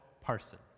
parson